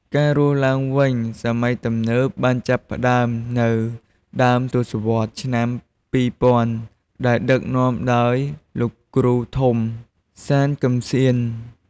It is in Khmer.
ការរស់ឡើងវិញសម័យទំនើបបានចាប់ផ្តើមនៅដើមទសវត្សរ៍ឆ្នាំ ២០០០ ដែលដឹកនាំដោយលោកគ្រូធំ សាន គឹមស៊ាន។